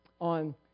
On